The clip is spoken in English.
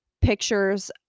pictures